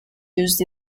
used